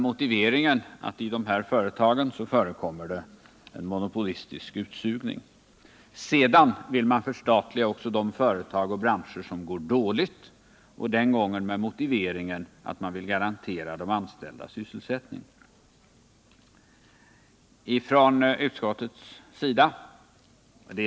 Motiveringen är att det i dessa företag förekommer en monopolistisk utsugning. Därefter skall man också förstatliga de företag och branscher som går dåligt. Det motiverar man med att de anställda skall garanteras sysselsättning.